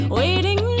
waiting